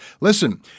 Listen